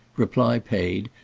reply paid,